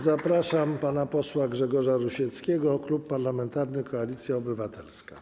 Zapraszam pana posła Grzegorza Rusieckiego, Klub Parlamentarny Koalicja Obywatelska.